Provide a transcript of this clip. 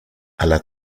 αλλά